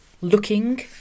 looking